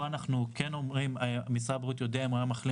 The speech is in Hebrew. פה משרד הבריאות יודע אם הוא בגדר מחלים